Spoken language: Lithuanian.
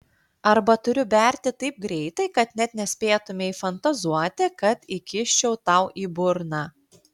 arba turiu berti taip greitai kad net nespėtumei fantazuoti kad įkiščiau tau į burną